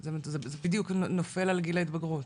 זה בדיוק נופל על גיל ההתבגרות.